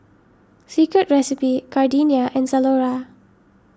Secret Recipe Gardenia and Zalora